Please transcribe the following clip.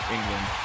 England